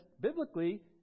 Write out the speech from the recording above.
biblically